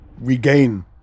regain